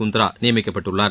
குந்த்ரா நியமிக்கப்பட்டுள்ளார்